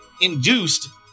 induced